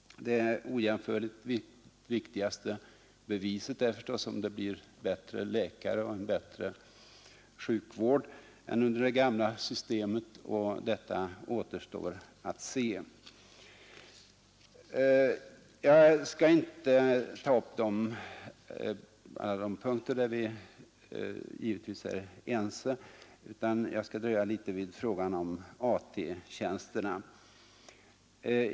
Det ojämförligt viktigaste beviset är förstås om det blir bättre läkare och en bättre sjukvård än under det gamla systemet, och detta återstår att se. Jag skall inte ta upp alla de punkter där vi vid frågan om AT-tjänsterna.